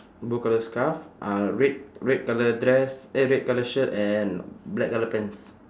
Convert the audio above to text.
blue colour scarf uh red red colour dress eh red colour shirt and black colour pants